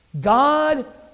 God